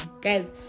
Guys